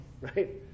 right